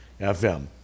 FM